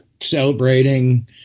celebrating